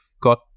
got